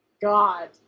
God